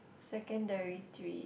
secondary three